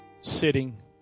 sitting